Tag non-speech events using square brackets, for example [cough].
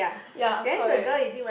[breath] ya correct